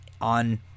on